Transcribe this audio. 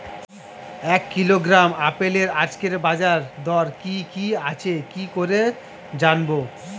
এক কিলোগ্রাম আপেলের আজকের বাজার দর কি কি আছে কি করে জানবো?